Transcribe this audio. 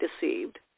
deceived